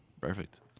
Perfect